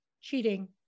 cheating